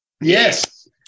yes